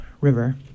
River